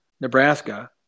Nebraska